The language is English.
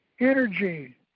energy